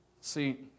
See